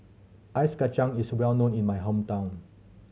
ice kacang is well known in my hometown